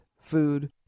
food